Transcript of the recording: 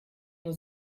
nur